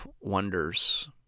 wonders